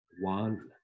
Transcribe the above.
One